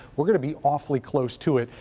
we're going to be awfully close to it.